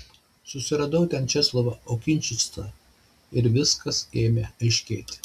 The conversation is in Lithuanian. susiradau ten česlovą okinčicą ir viskas ėmė aiškėti